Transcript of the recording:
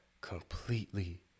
completely